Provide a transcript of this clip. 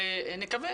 ונקווה,